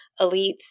elites